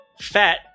Fat